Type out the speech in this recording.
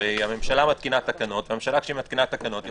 הרי הממשלה מתקינה תקנות וכשהיא מתקינה תקנות היא